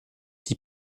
die